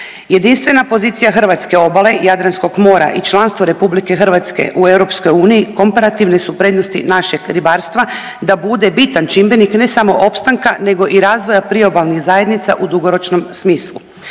Jedinstvena pozicija hrvatske obale Jadranskog mora i članstvo RH u EU komparativne su prednosti našeg ribarstva da bude bitan čimbenik ne samo opstanka nego i razvoja priobalnih zajednica u dugoročnom smislu.